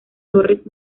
torres